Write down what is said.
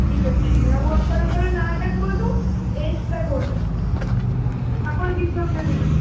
ଠିକ୍ ଅଛି ଆଉ ଆପଣଙ୍କର ନାଁଟା କୁହନ୍ତୁ ଏଜ୍ଟା କୁହନ୍ତୁ ମୋତେ ଆପଣ ଦୁଇ ଜଣ ଯେଉଁ ଯିବେ